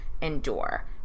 endure